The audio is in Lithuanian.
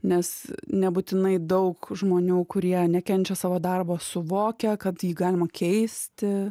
nes nebūtinai daug žmonių kurie nekenčia savo darbo suvokia kad jį galima keisti